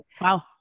Wow